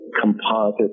composite